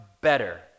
better